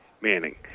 Manning